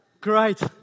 Great